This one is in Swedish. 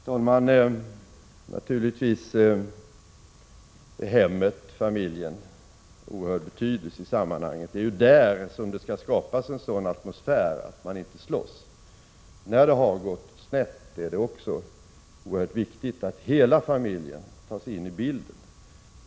Prot. 1986/87:49 Herr talman"! Naturligtvis är hemmet, familjen, av en oerhört stor 15 december 1986 betydelse. Det är där det skall skapas en sådan atmosfär att man inte slåss. När det har gått snett är det också oerhört viktigt att hela familjen tas in i Om RE än bilden.